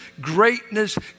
greatness